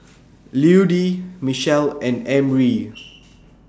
Ludie Michell and Emry